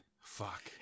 Fuck